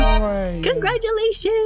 Congratulations